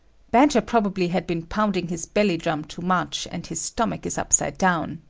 badger probably had been pounding his belly-drum too much and his stomach is upside down,